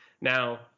Now